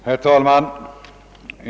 Herr talman!